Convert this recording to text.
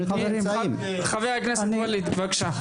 חבר הכנסת ואליד, בבקשה.